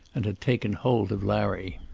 and had taken hold of larry.